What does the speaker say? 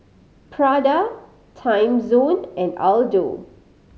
Prada Timezone and Aldo